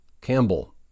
Campbell